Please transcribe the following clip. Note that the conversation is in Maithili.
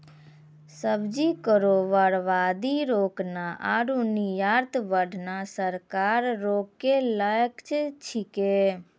सब्जी केरो बर्बादी रोकना आरु निर्यात बढ़ाना सरकार केरो लक्ष्य छिकै